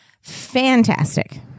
fantastic